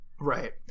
Right